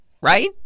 right